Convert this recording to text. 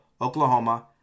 Oklahoma